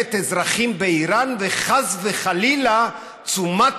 מלחמת אזרחים באיראן וחס וחלילה תשומת